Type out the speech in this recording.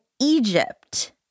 Egypt